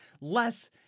Less